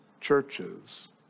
churches